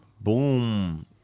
Boom